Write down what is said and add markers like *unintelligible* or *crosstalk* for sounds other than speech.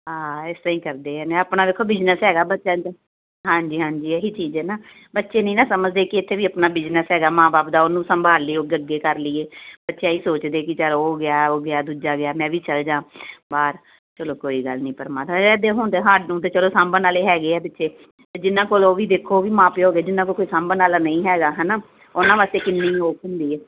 ਹਾਂ ਇਸ ਤਰ੍ਹਾਂ ਹੀ ਕਰਦੇ ਨੇ ਆਪਣਾ ਦੇਖੋ ਬਿਜਨਸ ਹੈਗਾ ਬੱਚਿਆਂ *unintelligible* ਹਾਂਜੀ ਹਾਂਜੀ ਇਹੀ ਚੀਜ਼ ਹੈ ਨਾ ਬੱਚੇ ਨਹੀਂ ਨਾ ਸਮਝਦੇ ਕਿ ਇੱਥੇ ਵੀ ਆਪਣਾ ਬਿਜ਼ਨਸ ਹੈਗਾ ਮਾਂ ਬਾਪ ਦਾ ਉਹਨੂੰ ਸੰਭਾਲ ਲਿਓ ਅੱਗੇ ਅੱਗੇ ਕਰ ਲਈਏ ਬੱਚੇ ਆਹੀ ਸੋਚਦੇ ਕਿ ਚਲੋ ਉਹ ਗਿਆ ਉਹ ਗਿਆ ਦੂਜਾ ਗਿਆ ਮੈਂ ਵੀ ਚੱਲ ਜਾਂ ਬਾਹਰ ਚਲੋ ਕੋਈ ਗੱਲ ਨਹੀਂ ਪਰਮਾਤਮਾ *unintelligible* ਸਾਨੂੰ ਤਾਂ ਚਲੋ ਸਾਂਭਣ ਵਾਲੇ ਹੈਗੇ ਆ ਪਿੱਛੇ ਜਿਨ੍ਹਾਂ ਕੋਲ ਉਹ ਵੀ ਦੇਖੋ ਉਹ ਵੀ ਮਾਂ ਪਿਓ ਹੈਗੇ ਜਿਹਨਾਂ ਕੋਲ ਕੋਈ ਸਾਂਭਣ ਵਾਲਾ ਨਹੀਂ ਹੈਗਾ ਹੈ ਨਾ ਉਹਨਾਂ ਵਾਸਤੇ ਕਿੰਨੀ ਔਖ ਹੁੰਦੀ ਹੈ